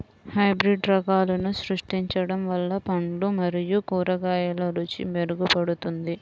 hybrid రకాలను సృష్టించడం వల్ల పండ్లు మరియు కూరగాయల రుచి మెరుగుపడుతుంది